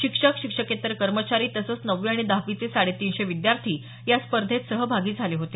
शिक्षक शिक्षकेतर कर्मचारी तसंच नववी आणि दहावीचे साडे तीनशे विद्यार्थी या स्पर्धेत सहभागी झाले होते